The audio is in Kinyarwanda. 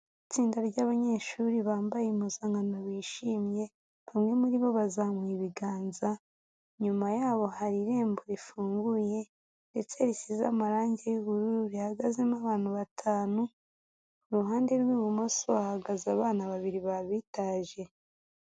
Itsinda rya'banyeshuri bambaye impuzankano bishimye, bamwe muri bo bazamuha ibiganza, inyuma yabo hari irembo rifunguye ndetse risize amarangi y'ubururu rihagazemo abantu batanu, iruhande rw'ibumoso hahagaze abana babiri babitaje.